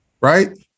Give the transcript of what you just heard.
Right